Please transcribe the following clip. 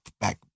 back